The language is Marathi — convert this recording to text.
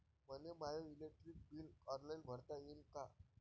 मले माय इलेक्ट्रिक बिल ऑनलाईन भरता येईन का?